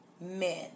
men